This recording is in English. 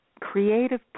creative